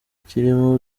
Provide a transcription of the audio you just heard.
kirimo